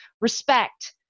respect